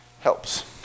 helps